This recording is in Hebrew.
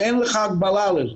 ואין לך הגבלה על זה.